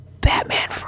Batman